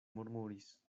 murmuris